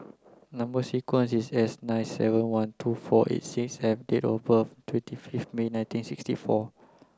number sequence is S nine seven one two four eight six F and date of birth twenty fifth May nineteen sixty four